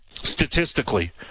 statistically